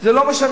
זה לא משנה,